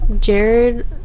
Jared